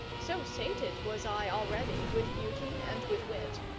so sated was i already with beauty and with wit,